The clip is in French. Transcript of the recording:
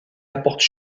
apporte